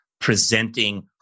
presenting